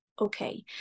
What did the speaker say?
okay